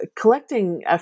collecting